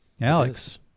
Alex